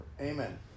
Amen